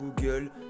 Google